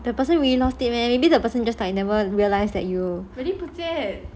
the person really lost it meh maybe the person just like you never realised that you